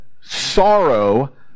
sorrow